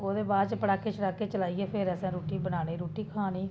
ओह्दे बाद च पटाके शटाके चलाइयै फिर अ'सें रुट्टी बनानी रुट्टी खानी